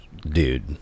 dude